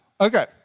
Okay